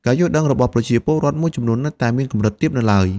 ការយល់ដឹងរបស់ប្រជាពលរដ្ឋមួយចំនួននៅតែមានកម្រិតទាបនៅឡើយ។